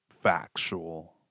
factual